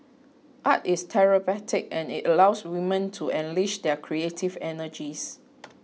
art is therapeutic and it allows women to unleash their creative energies